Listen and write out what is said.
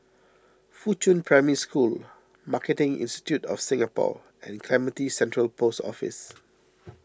Fuchun Primary School Marketing Institute of Singapore and Clementi Central Post Office